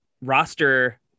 roster